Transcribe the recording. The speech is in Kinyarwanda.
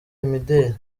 imideli